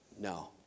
No